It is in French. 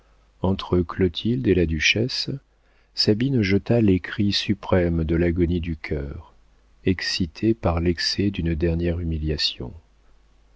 entre clotilde et la duchesse sabine jeta les cris suprêmes de l'agonie du cœur excités par l'excès d'une dernière humiliation